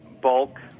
bulk